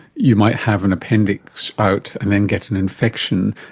you might have an appendix out and then get an infection,